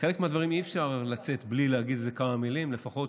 בחלק מהדברים אי-אפשר לצאת בלי להגיד איזה כמה מילים לפחות.